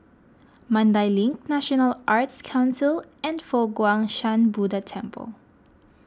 Mandai Link National Arts Council and Fo Guang Shan Buddha Temple